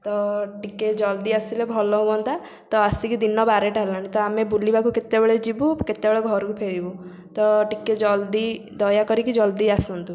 ତ ଟିକେ ଜଲଦି ଆସିଲେ ଭଲ ହୁଅନ୍ତା ତ ଆସିକି ଦିନ ବାରଟା ହେଲାଣି ତ ଆମେ ବୁଲିବାକୁ କେତେବଳେ ଯିବୁ କେତେବଳେ ଘରକୁ ଫେରିବୁ ତ ଟିକେ ଜଲଦି ଦୟା କରିକି ଜଲଦି ଆସନ୍ତୁ